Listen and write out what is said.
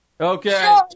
Okay